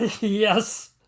yes